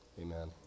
Amen